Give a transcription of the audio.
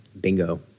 Bingo